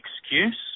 excuse